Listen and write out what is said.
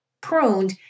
pruned